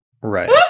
Right